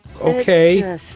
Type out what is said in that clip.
Okay